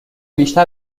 بیشتر